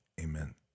amen